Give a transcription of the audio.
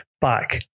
back